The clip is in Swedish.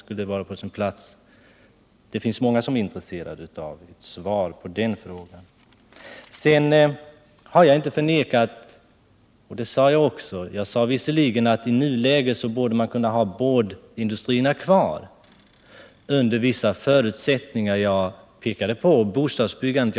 Det finns alltså många som är intresserade av ett svar. Jag sade att i nuläget borde man kunna ha kvar boardindustrierna under vissa förutsättningar — jag pekade bl.a. på bostadsbyggandet.